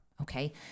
okay